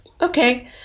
Okay